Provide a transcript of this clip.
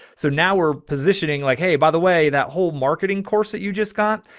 so now we're positioning like, hey, by the way, that whole marketing course that you just got,